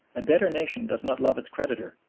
a debtor nation does not love its creditor,